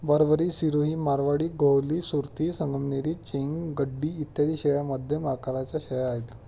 बरबरी, सिरोही, मारवाडी, गोहली, सुरती, संगमनेरी, चेंग, गड्डी इत्यादी शेळ्या मध्यम आकाराच्या शेळ्या आहेत